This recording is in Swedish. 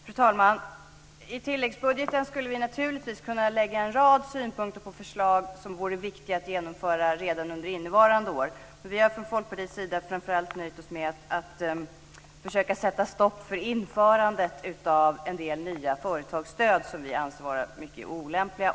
Fru talman! När det gäller tilläggsbudgeten skulle vi naturligtvis kunna lägga fram en rad förslag som vore viktiga att genomföra redan under innevarande år. Men vi från Folkpartiet har nöjt oss med att försöka sätta stopp för införandet av en del nya företagsstöd som vi anser vara mycket olämpliga.